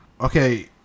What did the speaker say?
Okay